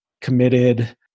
committed